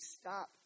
stop